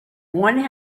one